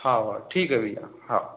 हाँ हाँ ठीक है भैया हाँ